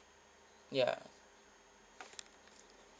ya